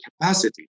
capacity